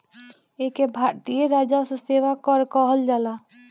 एके भारतीय राजस्व सेवा कर कहल जाला